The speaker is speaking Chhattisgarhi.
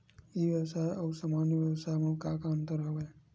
ई व्यवसाय आऊ सामान्य व्यवसाय म का का अंतर हवय?